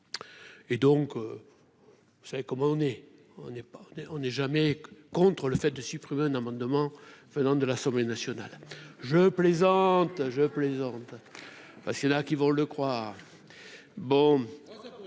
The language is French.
et donc vous savez comment on est, on n'est pas on n'est jamais contre le fait de supprimer un amendement venant de l'Assemblée nationale, je plaisante, je plaisante, parce qu'il y en a qui vont le croire